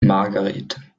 margarete